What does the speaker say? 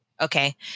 Okay